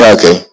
Okay